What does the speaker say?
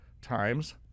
times